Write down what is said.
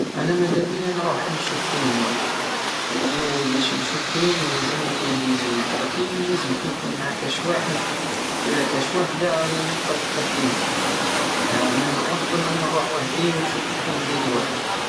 انا مادابية نروح نشوف فيلم وحدي لانو بش نشوف فيلم لازملي تركيز وكي نكون مع كش واحد ولا كش وحدى راني نفقد التركيز من الافضل انو نروح وحدي ونشوف الفيلم ديالي وحدي